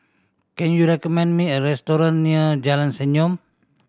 can you recommend me a restaurant near Jalan Senyum